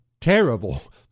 terrible